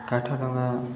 କାଠ ଡଙ୍ଗା